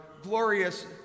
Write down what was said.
glorious